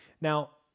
Now